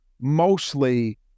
mostly